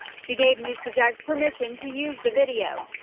she gave news four jax permission to use the video.